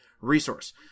resource